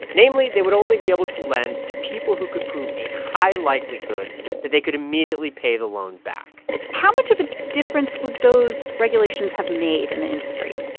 namely, they would only be able to lend to people who could prove a high likelihood that they could immediately pay the loan back how much of a difference would those regulations have made in the industry?